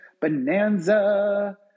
Bonanza